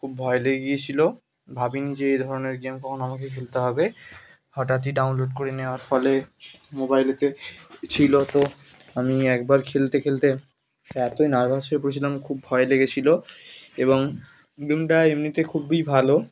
খুব ভয় লেগে গিয়েছিল ভাবিনি যে এ ধরনের গেম কখনও আমাকে খেলতে হবে হঠাৎই ডাউনলোড করে নেওয়ার ফলে মোবাইলেতে ছিল তো আমি একবার খেলতে খেলতে এতই নার্ভাস হয়ে পড়েছিলাম খুব ভয় লেগেছিল এবং গেমটা এমনিতে খুবই ভালো